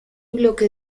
bloque